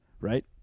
Right